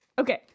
Okay